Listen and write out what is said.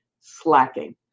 slacking